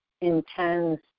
intense